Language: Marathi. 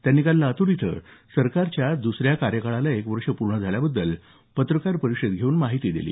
त्यांनी काल लातूर इथं सरकारच्या दुसऱ्या कार्यकाळाला एक वर्ष पूर्ण झाल्याबद्दल पत्रकार परिषद घेऊन माहिती दिली